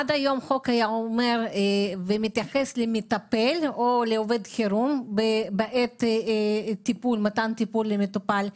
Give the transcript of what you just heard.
עד היום החוק היה מתייחס למטפל או לעובד חירום בעת מתן טיפול למטופל.